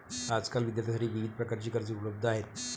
आजकाल विद्यार्थ्यांसाठी विविध प्रकारची कर्जे उपलब्ध आहेत